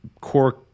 core